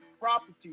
property